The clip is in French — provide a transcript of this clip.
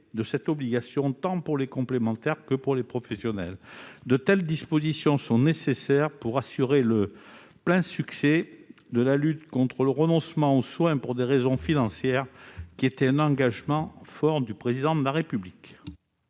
de cette obligation, tant pour les complémentaires que pour les professionnels de santé. De telles dispositions sont nécessaires pour assurer le plein succès de la lutte contre le renoncement aux soins pour des raisons financières ; c'était un engagement fort du Président de la République.